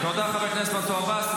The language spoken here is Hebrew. תודה, חבר הכנסת מנסור עבאס.